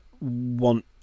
want